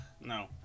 no